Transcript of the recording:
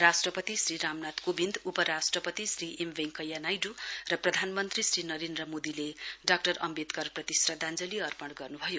राष्ट्रपति श्री रामनाथ कोविन्द उपराष्ट्रपति श्री एम वेंकैया नाइडू र प्रधानमन्त्री श्री नरेन्द्र मोदीले डाक्टर अम्वेदकर प्रति श्रध्दआञ्जली अर्पण गर्नुभयो